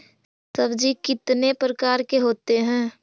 सब्जी कितने प्रकार के होते है?